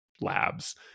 labs